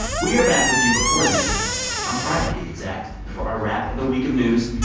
we're back with you before then on friday to be exact for our wrap of the week of news.